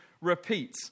repeat